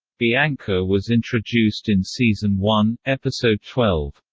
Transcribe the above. bianca was introduced in season one, episode twelve.